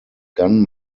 gun